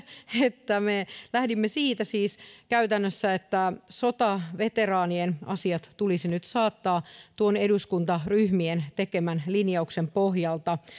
että me lähdimme siis käytännössä siitä että sotaveteraanien asiat tulisi nyt saattaa tuon eduskuntaryhmien tekemän linjauksen pohjalta